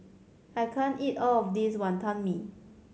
I can't eat all of this Wantan Mee